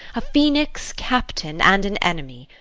a phoenix, captain, and an enemy,